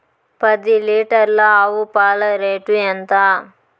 పది లీటర్ల ఆవు పాల రేటు ఎంత?